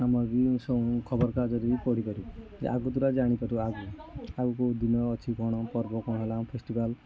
ଆମର ବି ସବୁ ଖବର କାଗଜରେ ବି ପଢ଼ି ପାରୁ ଯେ ଆଗତୁରା ଜାଣି ପାରୁ ଆଗୁରୁ ଆଉ କେଉଁ ଦିନ ଅଛି କ'ଣ ପର୍ବ କ'ଣ ହେଲା ଫେଷ୍ଟିଭାଲ୍